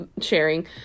sharing